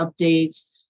updates